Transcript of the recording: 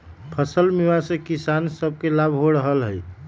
फसल बीमा से किसान सभके लाभ हो रहल हइ